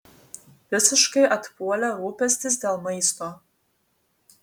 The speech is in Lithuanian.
visiškai atpuolė rūpestis dėl maisto